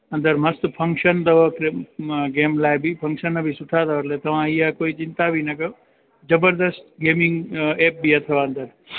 अंदरु मस्तु फंक्शन अथव गेम लाइ बि फंक्शन बि सुठा थो हले तव्हां हीअं कोई चिंता बि न कयो ज़बरदस्तु गेमिंग एप बि अथव अंदरु